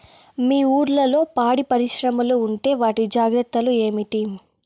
మీ ఊర్లలో పాడి పరిశ్రమలు ఉంటే వాటి జాగ్రత్తలు ఏమిటి